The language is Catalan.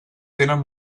tenen